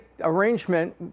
arrangement